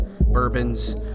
bourbons